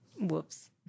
Whoops